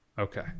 okay